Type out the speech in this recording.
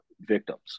victims